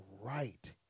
right